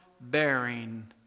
bearing